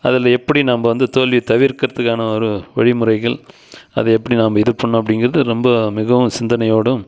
அதில் எப்படி நம்ப வந்து தோல்வியை தவிர்க்கறதுக்கான ஒரு வழி முறைகள் அதை எப்படி நாம இது பண்ணும் அப்படிங்கிறது ரொம்ப மிகவும் சிந்தனையோடும்